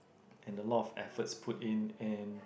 and a lot of efforts put in and